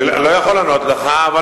אני לא יכול לענות לך.